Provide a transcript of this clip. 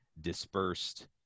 dispersed